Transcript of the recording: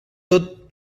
tot